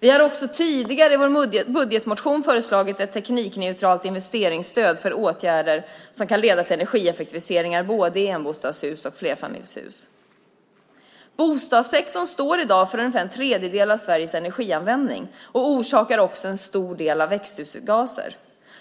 Vi har också tidigare i vår budgetmotion föreslagit ett teknikneutralt investeringsstöd för åtgärder som kan leda till energieffektiviseringar både i enbostadshus och i flerfamiljshus. Bostadssektorn står i dag för ungefär en tredjedel av Sveriges energianvändning och orsakar också en stor del av utsläppen av växthusgaser.